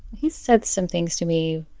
he said some things to me.